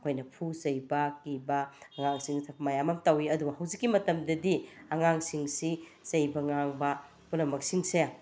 ꯑꯩꯈꯣꯏꯅ ꯐꯨꯕ ꯆꯩꯕ ꯀꯤꯕ ꯑꯉꯥꯡꯁꯤꯡꯁꯤꯗ ꯃꯌꯥꯝ ꯑꯃ ꯇꯧꯏ ꯑꯗꯨꯕꯨ ꯍꯧꯖꯤꯛꯀꯤ ꯃꯇꯝꯗꯗꯤ ꯑꯉꯥꯡꯁꯤꯡꯁꯤ ꯆꯩꯕ ꯉꯥꯡꯕ ꯄꯨꯝꯅꯃꯛꯁꯤꯡꯁꯦ